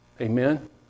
Amen